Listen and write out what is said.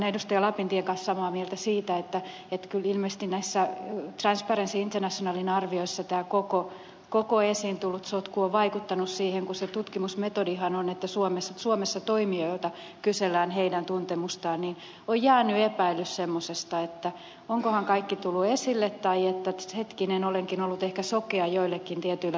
lapintien kanssa samaa mieltä siitä että kyllä ilmeisesti näissä transparency internationalin arvioissa tämä koko esiin tullut sotku on vaikuttanut siihen kun se tutkimusmetodihan on että suomessa toimijoilta kysellään heidän tuntemustaan ja on jäänyt epäilys semmoisesta että onkohan kaikki tullut esille tai että hetkinen olenkin ollut ehkä sokea joillekin tietyille rakenteille